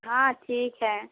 हाँ ठीक है